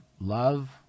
love